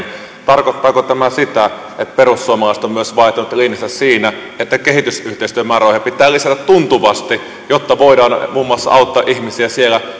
tarkoittaako tämä sitä että perussuomalaiset ovat myös vaihtaneet linjansa siinä että kehitysyhteistyömäärärahoja pitää lisätä tuntuvasti jotta voidaan muun muassa auttaa ihmisiä siellä